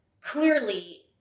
clearly